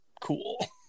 cool